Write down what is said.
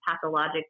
pathologic